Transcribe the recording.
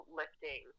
lifting